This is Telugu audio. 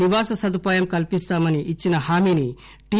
నివాస సదుపాయం కల్పిస్తామని ఇచ్చిన హామీని టి